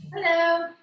Hello